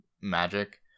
magic